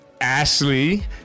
Ashley